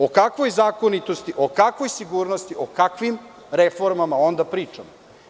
O kakvoj zakonitosti, o kakvoj sigurnosti, o kakvim reformama onda pričamo?